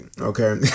Okay